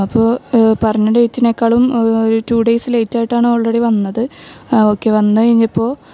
അപ്പോൾ പറഞ്ഞ ഡേറ്റിനേക്കാളും ഒര് ടു ഡേയ്സ് ലേറ്റായിട്ടാണ് ഓൾറെഡി വന്നത് ഓക്കെ വന്ന് കഴിഞ്ഞപ്പോൾ